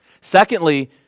Secondly